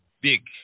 big